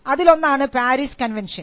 അതിലൊന്നാണ് Paris convention